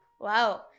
Wow